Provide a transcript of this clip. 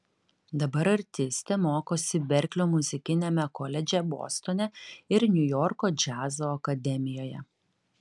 dabar artistė mokosi berklio muzikiniame koledže bostone ir niujorko džiazo akademijoje